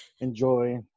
enjoy